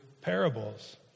Parables